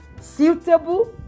suitable